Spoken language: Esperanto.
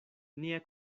nia